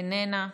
איננה,